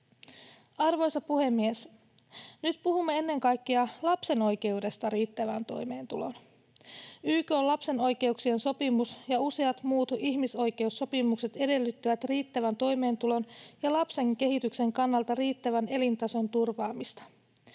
Arvoisa puhemies! Nyt puhumme ennen kaikkea lapsen oikeudesta riittävään toimeentuloon. YK:n lapsen oikeuksien sopimus ja useat muut ihmisoikeussopimukset edellyttävät riittävän toimeentulon ja lapsen kehityksen kannalta riittävän elintason turvaamista.